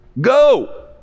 Go